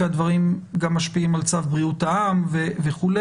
כי הדברים גם משפיעים על צו בריאות העם וכו'.